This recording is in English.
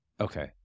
Okay